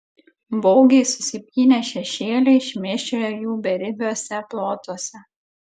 baugiai susipynę šešėliai šmėsčioja jų beribiuose plotuose